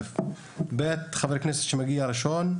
שנית, חבר כנסת שמגיע ראשון,